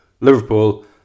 Liverpool